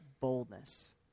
boldness